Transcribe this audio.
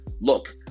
look